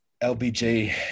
LBJ